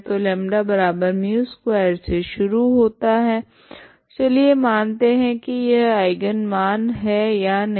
तो λμ2 से शुरू होता है चलिए मानते है की यह आइगन मान है या नहीं